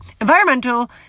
environmental